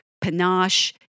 panache